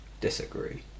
Disagree